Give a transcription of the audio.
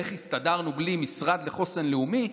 איך הסתדרנו בלי משרד לחוסן לאומי,